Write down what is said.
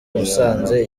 musanze